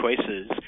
choices